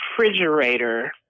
refrigerator